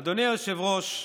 אדוני היושב-ראש,